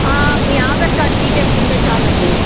మీ Aadhaar card details ఉంటే చాలు అండి